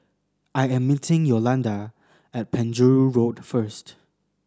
I am meeting Yolanda at Penjuru Road first